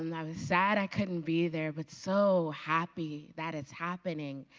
and i was sad i couldn't be there, but so happy that it's happening.